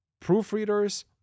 Proofreaders